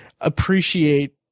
appreciate